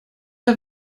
der